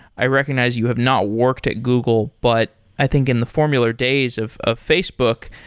i recogn ize you have not worked at google, but i think in the formula days of of facebook,